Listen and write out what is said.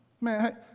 Man